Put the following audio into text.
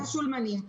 לשולמנים,